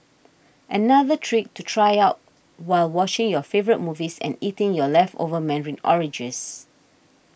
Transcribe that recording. another trick to try out while watching your favourite movies and eating your leftover Mandarin oranges